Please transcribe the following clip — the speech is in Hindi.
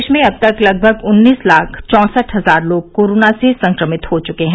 देश में अब तक लगभग उन्नीस लाख चौंसठ हजार लोग कोरोना से संक्रमित हो चुके हैं